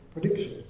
prediction